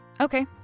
Okay